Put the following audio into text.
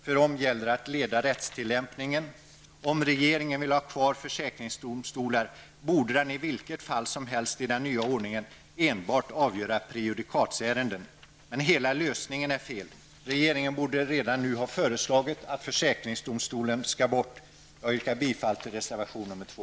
För dem gäller att leda rättstillämpningen. Om regeringen vill ha kvar försäkringsdomstolar bör den i vilket fall som helst i den nya ordningen enbart avgöra prejudikatärenden. Men hela lösningen är fel. Regeringen borde redan nu ha föreslagit att försäkringsöverdomstolen skall bort. Herr talman! Jag yrkar därmed bifall till reservation 2.